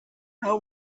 know